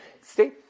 Stay